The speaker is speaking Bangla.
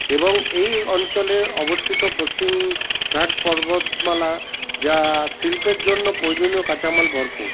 এবং এই অঞ্চলে অবস্থিত পশ্চিমঘাট পর্বতমালা যা শিল্পের জন্য প্রয়োজনীয় কাঁচামাল ভরপুর